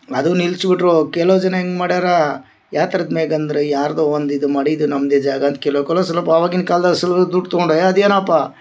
ಅದು ನಿಲ್ಸ ಬಿಟ್ಟರು ಕೆಲೋದನ್ ಹೆಂಗ ಮಾಡ್ಯಾರ ಯಾ ಥರದ್ ಮ್ಯಾಗ ಅಂದರೆ ಯಾರದೋ ಒಂದು ಇದು ಮಾಡಿ ಇದು ನಮ್ದೆ ಜಾಗ ಅಂತ ಕೆಲೊ ಕಡೆ ಸೊಲ್ಪ ಅವಾಗಿನ ಕಾಲ್ದಾಗ ಸೊಲ್ಪ ದುಡ್ಡು ತಗೊಂಡಾಯ ಅದು ಏನೋ ಅಪ್ಪ